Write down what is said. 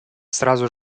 сразу